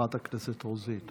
לחברת הכנסת רוזין.